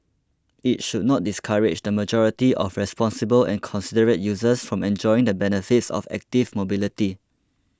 it should not discourage the majority of responsible and considerate users from enjoying the benefits of active mobility